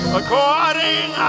according